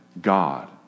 God